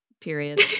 Period